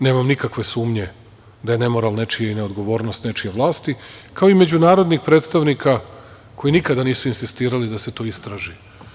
Nemam nikakve sumnje da je nemoral nečiji i neodgovornost nečije vlasti, kao i međunarodnih predstavnika koji nikada nisu insistirali da se to istraži.